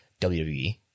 WWE